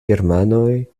germanoj